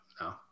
no